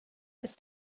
ist